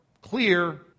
clear